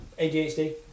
ADHD